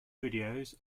videos